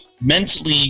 mentally